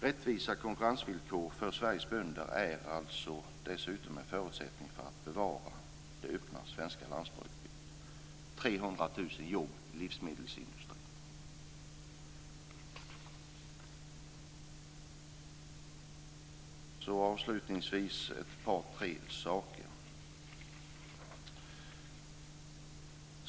Rättvisa konkurrensvillkor för Sveriges bönder är dessutom en förutsättning för att bevara det öppna svenska landskapet och 300 000 jobb i livsmedelsindustrin. Avslutningsvis ett par tre saker.